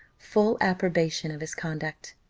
full approbation of his conduct.